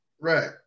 Right